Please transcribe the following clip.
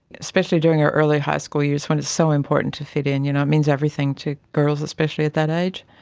especially during her early high school years when it's so important to fit in, you know it means everything to girls, especially at that age,